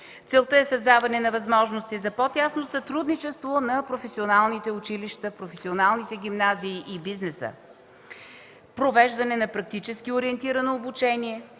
Целта е създаване на възможности за по-тясно сътрудничество на професионалните училища, професионалните гимназии и бизнеса, провеждане на практически ориентирано обучение,